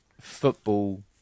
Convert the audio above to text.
football